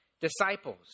disciples